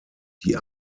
die